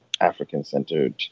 African-centered